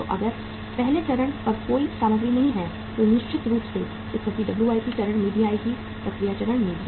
तो अगर पहले चरण पर कोई सामग्री नहीं है तो निश्चित रूप से स्थिति डब्ल्यूआईपी चरण में भी आएगी प्रक्रिया चरण में भी